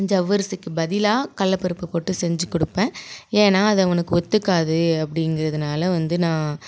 ஜவ்வரிசிக்கு பதிலாக கடலப்பருப்பு போட்டு செஞ்சு கொடுப்பேன் ஏனால் அது அவனுக்கு ஒத்துக்காது அப்படிங்கறதுனால வந்து நான்